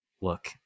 Look